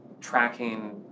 tracking